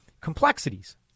complexities